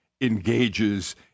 engages